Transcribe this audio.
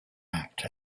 act